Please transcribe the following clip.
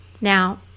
Now